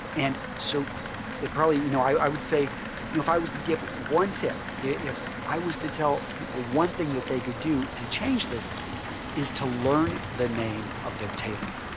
and so probably you know i would say if i was to give one tip, if i was to tell people one thing that they could do to change this is to learn the name of their tailor.